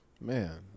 Man